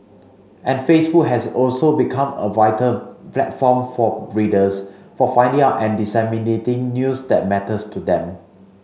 and Facebook has also become a vital platform for readers for finding out and disseminating news that matters to them